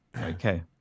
okay